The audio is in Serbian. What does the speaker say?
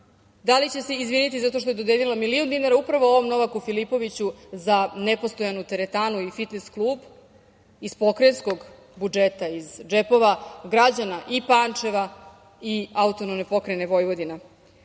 Da li će se izviniti zato što je dodelila milion dinara upravo ovom Novaku Filipoviću za nepostojanu teretanu i fitnes klub iz pokrajinskog budžeta, iz džepova građana Pančeva i AP Vojvodina? Da